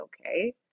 okay